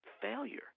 failure